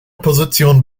position